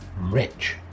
rich